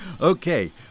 Okay